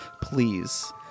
Please